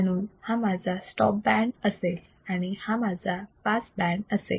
म्हणून हा माझा स्टॉप बँड असेल आणि हा माझा पास बँड असेल